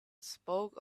spoke